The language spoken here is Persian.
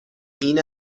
این